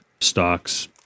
stocks